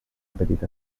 petita